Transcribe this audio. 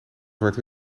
zwart